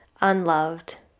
unloved